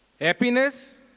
Happiness